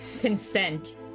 consent